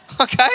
okay